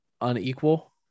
Unequal